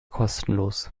kostenlos